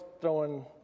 throwing